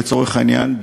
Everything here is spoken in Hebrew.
לצורך העניין,